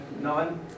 none